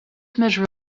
measure